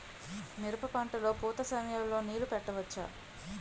మిరప పంట లొ పూత సమయం లొ నీళ్ళు పెట్టవచ్చా?